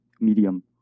medium